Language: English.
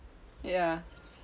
ya